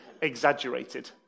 exaggerated